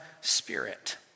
spirit